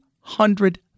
hundred